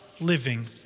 living